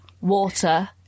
water